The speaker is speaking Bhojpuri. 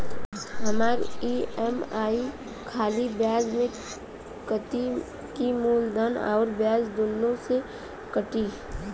हमार ई.एम.आई खाली ब्याज में कती की मूलधन अउर ब्याज दोनों में से कटी?